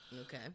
Okay